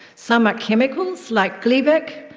some are chemicals like gleevec.